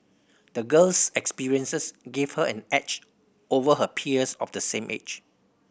the girl's experiences gave her an edge over her peers of the same age